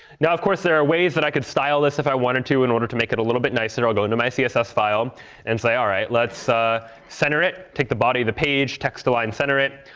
now, of course, there are ways that i could style this if i wanted to in order to make it a little bit nicer. i'll go into my css file and say, all right, let's center it, take the body the page, text align center it